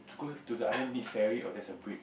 to the island need ferry or there's a bridge